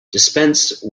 dispense